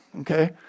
okay